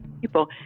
people